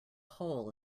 hole